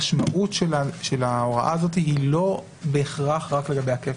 שהמשמעות של ההוראה הזאת היא לא בהכרח רק לגבי הכפל.